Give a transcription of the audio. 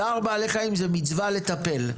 צער בעלי חיים זו מצווה לטפל,